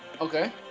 Okay